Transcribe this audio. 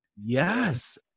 yes